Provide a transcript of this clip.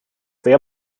wer